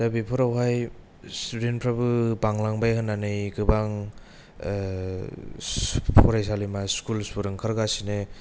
दा बेफोराव हाय स्थुदेनत फ्राबो बांलांबाय होननानै गोबां फरायसालिमा स्कुलफोर ओंखारगासिनो